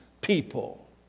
people